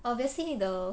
obviously the